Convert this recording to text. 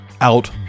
out